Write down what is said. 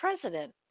president